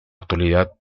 actualidad